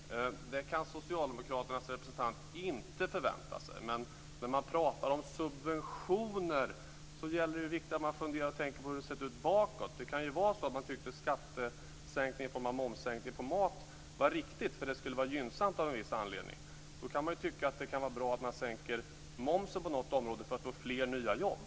Fru talman! Det kan Socialdemokraternas representant inte förvänta sig. Men när man pratar om subventioner är det viktigt att man funderar över och tänker på hur det har sett ut bakåt i tiden. Man kanske tyckte att en skattesänkning i form av en momssänkning på mat var riktig, eftersom det skulle vara gynnsamt av en viss anledning. Då kanske man kan tycka att det är bra att sänka momsen på något område för att få fler nya jobb.